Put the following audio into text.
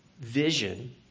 vision